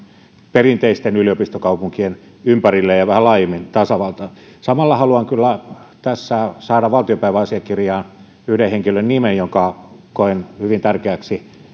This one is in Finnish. perinteisten yliopistokaupunkien ympärille ja vähän laajemmin tasavaltaan samalla haluan kyllä tässä saada valtiopäiväasiakirjaan yhden henkilön nimen jonka koen hyvin tärkeäksi